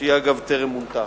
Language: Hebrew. שאגב, היא טרם מונתה.